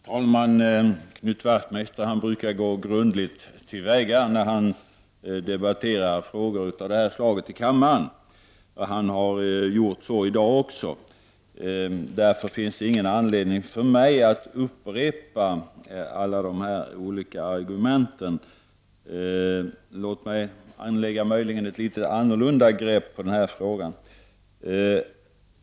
Herr talman! Knut Wachtmeister brukar gå grundligt till väga när han debatterar frågor av det här slaget i kammaren, och han har gjort så i dag också. Därför finns det ingen anledning för mig att upprepa alla de olika argumenten. Låt mig möjligen ta ett litet annorlunda grepp på denna fråga.